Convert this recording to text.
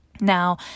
Now